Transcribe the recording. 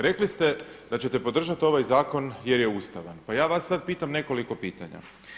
Rekli ste da ćete podržati ovaj zakon jer je ustavan, pa ja sad vas pitam nekoliko pitanja.